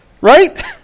Right